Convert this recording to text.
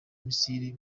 misile